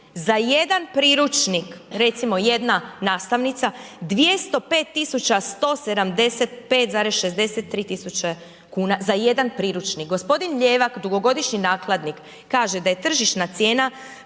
za jedan priručnik, recimo jedna nastavnica 205.175,63 kuna za jedan priručnik. Gospodin Ljevak, dugogodišnji nakladnik kaže da je tržišna cijena